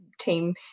team